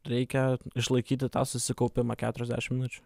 reikia išlaikyti tą susikaupimą keturiasdešimt minučių